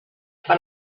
per